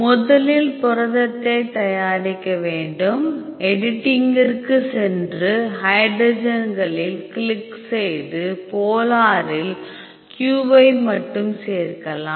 முதலில் புரதத்தைத் தயாரிக்க வேண்டும் எடிட்டிற்கு சென்று ஹைட்ரஜன்களில் கிளிக் செய்து போலாரில் q வை மட்டும் சேர்க்கலாம்